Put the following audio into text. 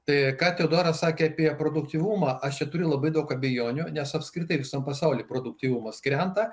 tai ką teodoras sakė apie produktyvumą aš čia turi labai daug abejonių nes apskritai visam pasaulyje produktyvumas krenta